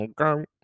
Okay